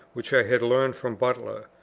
which i had learned from butler,